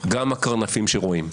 גם הקרנפים שרואים.